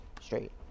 straight